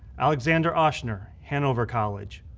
alexander ochsner, hanover college,